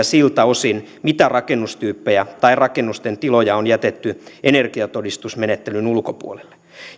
siltä osin mitä rakennustyyppejä tai rakennusten tiloja on jätetty energiatodistusmenettelyn ulkopuolelle